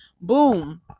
Boom